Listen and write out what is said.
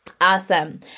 Awesome